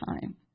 time